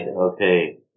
okay